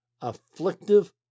afflictive